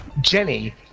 Jenny